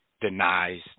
denies